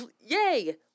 yay